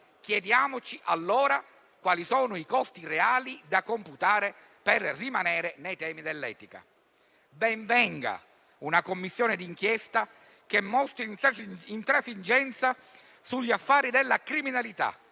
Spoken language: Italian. Chiediamoci, allora, quali sono i costi reali da computare per rimanere nei temi dell'etica. Ben venga una Commissione di inchiesta che mostri intransigenza sugli affari della criminalità